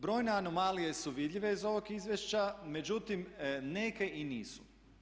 Brojne anomalije su vidljive iz ovog izvješća, međutim neke i nisu.